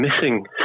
missing